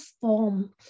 form